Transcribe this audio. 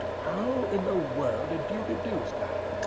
how in the world did you deduce that?